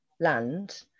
land